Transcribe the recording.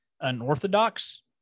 unorthodox